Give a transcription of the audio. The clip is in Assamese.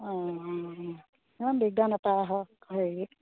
অঁ অঁ অঁ দিগদাৰ নাপায় আহক হেৰি